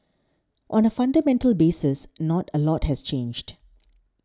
on a fundamental basis not a lot has changed